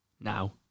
Now